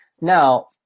Now